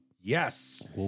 Yes